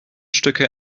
stücke